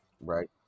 right